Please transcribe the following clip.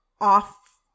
off